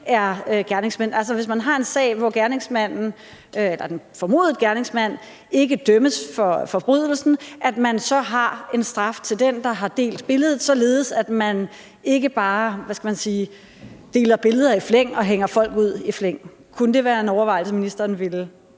hvis man har en sag, hvor den formodede gerningsmand ikke dømmes for forbrydelsen, så har en straf til den, der har delt billedet, således at private ikke bare deler billeder i flæng og hænger folk ud i flæng. Kunne det være en overvejelse, ministeren ville